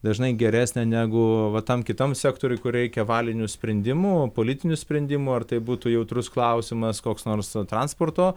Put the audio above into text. dažnai geresnė negu va tam kitam sektoriui kur reikia valinių sprendimų politinių sprendimų ar tai būtų jautrus klausimas koks nors transporto